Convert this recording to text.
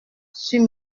sur